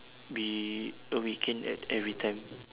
be awaken at every time